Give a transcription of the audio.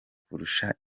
kurusha